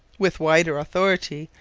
with wider authority,